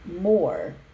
more